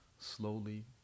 slowly